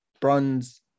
bronze